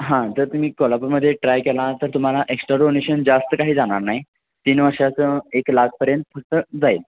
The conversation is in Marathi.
हां जर तुम्ही कोलपूरमध्ये ट्राय केला तर तुम्हाला एक्स्ट्रा डोनेशन जास्त काही जाणार नाही तीन वर्षाचं एक लाखपर्यंत फक्त जाईल